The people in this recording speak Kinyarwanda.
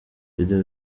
video